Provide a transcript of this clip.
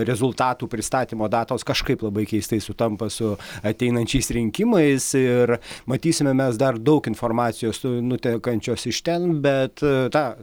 rezultatų pristatymo datos kažkaip labai keistai sutampa su ateinančiais rinkimais ir matysime mes dar daug informacijos nutekančios iš ten bet tą